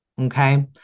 Okay